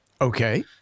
okay